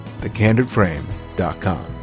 thecandidframe.com